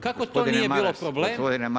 Kako to nije bilo problem?